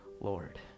Lord